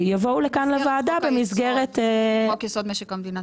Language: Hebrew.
יבואו לכאן לוועדה במסגרת חוק-יסוד משק המדינה.